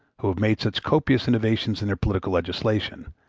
who have made such copious innovations in their political legislation,